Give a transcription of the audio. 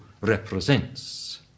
represents